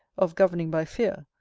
of governing by fear,